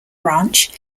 branch